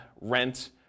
rent